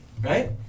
Right